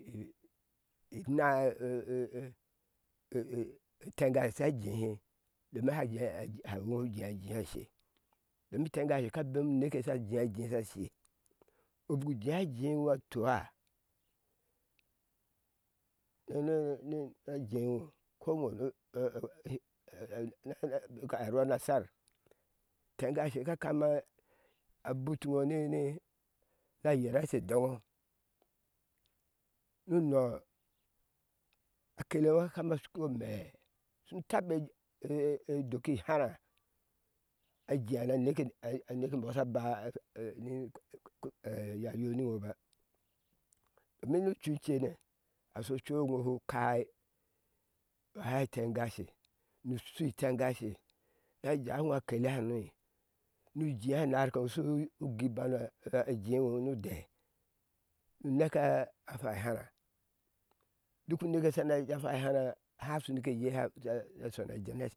Ii na eten. gashe sha jehe domin hɛ jee hɛ eŋo shu jwa jea sha she domin itengashe ka bemi uneke eye sha jea jea sha she iŋo buku jea jea ŋo tua nu nu nu jea ŋo ko bik row na shar itengashe ka kama butihe iŋo na yera she dɔŋɔ nu no a kele ŋo akele ɗo kama shi koo imee shunu taba edoki ihara a jea na neke aneka imbɔɔ sha ba a yoa yo ni iŋo ba nunucu cena a sho ucu eŋo shu kai ai itegashe nu shu itengashe na jawi iŋo a kele ha no nu jea a nar ŋo shu gɔɔi ibana jea eŋo no odɛ nu neke fuki hara duk neke yer sha na fwai hara a ha su neke eye